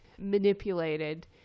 manipulated